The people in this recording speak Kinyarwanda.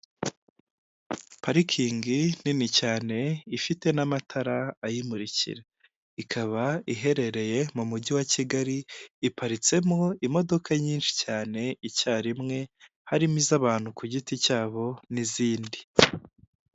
Parikingi nini cyane ifite n'amatara ayimurikira, ikaba iherereye mu mujyi wa Kigali, iparitsemo imodoka nyinshi cyane icyarimwe, harimo iz'abantu ku giti cyabo n'izindi.